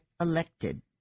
elected